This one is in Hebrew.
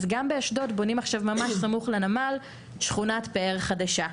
אז גם באשדוד בונים עכשיו ממש סמוך לנמל שכונת פאר חדשה.